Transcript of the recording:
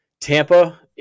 Tampa